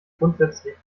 grundsätzlich